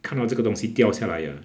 看到这个东西掉下来 ah